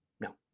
no